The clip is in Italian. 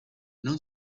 non